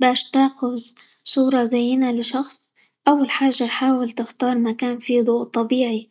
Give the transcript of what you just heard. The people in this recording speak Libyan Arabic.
باش تاخد صورة زينة لشخص، أول حاجة حاول تختار مكان فيه ضوء طبيعي،